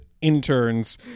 interns